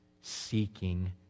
seeking